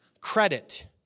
credit